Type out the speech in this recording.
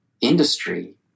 industry